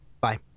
Bye